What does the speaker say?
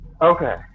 Okay